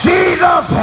Jesus